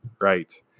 right